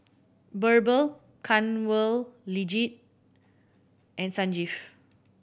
Birbal Kanwaljit and Sanjeev